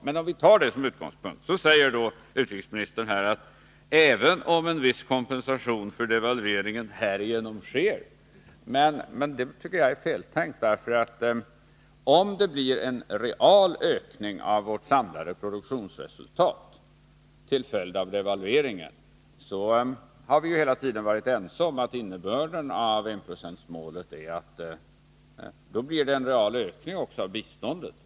Med detta som utgångspunkt använder utrikesministern formuleringen ”Även om en viss kompensation för devalveringen härigenom sker —---.” Jag tycker det är feltänkt, därför att om det blir en real ökning av vårt samlade produktionsresultat till följd av devalveringen, så har vi hela tiden varit ense om att innebörden av enprocentsmålet i detta fall leder till en real ökning också av biståndet.